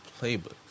playbook